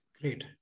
great